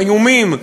איומים,